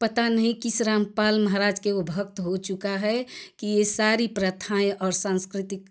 की पता नहीं किस रामपाल महाराज के वह भक्त हो चुका है कि यह सारी प्रथाएँ और सांस्कृतिक